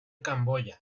camboya